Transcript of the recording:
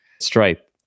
Stripe